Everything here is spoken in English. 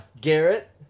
Garrett